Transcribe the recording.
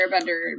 Airbender